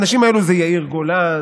האנשים הללו הם יאיר גולן,